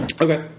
Okay